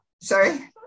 Sorry